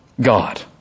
God